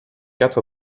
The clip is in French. quatre